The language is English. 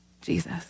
Jesus